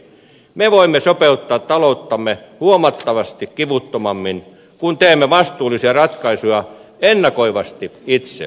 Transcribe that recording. me voimme sopeuttaa talouttamme huomattavasti kivuttomammin kun teemme vastuullisia ratkaisuja ennakoivasti itse